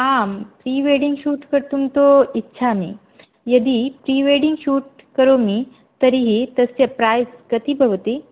आं prewedding shoot कर्तुं तु इच्छामि यदि प्रीवेड्डिङ्ग् शूट् करोमि तर्हि तस्य प्रैज़् कति भवति